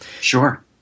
Sure